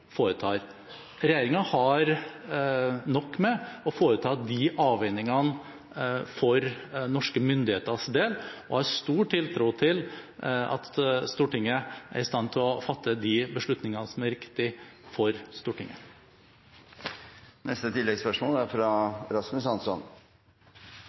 foretar. Regjeringen har nok med å foreta de avveiningene for norske myndigheters del, og jeg har stor tiltro til at Stortinget er i stand til å fatte de beslutningene som er riktige for